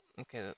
okay